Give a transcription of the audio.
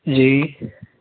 جی